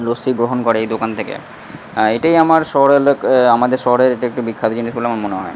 লস্যি গ্রহণ করে এই দোকান থেকে এটাই আমার শহরের লোক আমাদের শহরের এটা একটা বিখ্যাত জিনিস বলে আমার মনে হয়